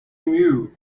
knew